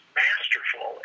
masterful